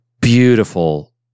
beautiful